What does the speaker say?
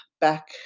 back